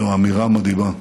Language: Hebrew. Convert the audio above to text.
זו אמירה מדהימה.